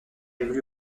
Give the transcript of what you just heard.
évolue